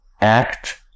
act